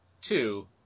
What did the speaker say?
two